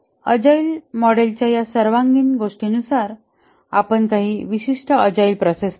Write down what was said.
agile मॉडेलच्या या सर्वांगीण गोष्टींनुसार आपण काही विशिष्ट अजाईल प्रोसेस पाहू